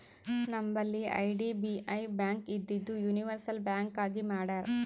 ನಂಬಲ್ಲಿ IDBI bank ಇದ್ದಿದು universal bank ಆಗಿ ಮಾಡ್ಯಾರ್